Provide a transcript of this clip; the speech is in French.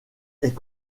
est